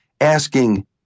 asking